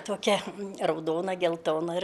tokia raudona geltona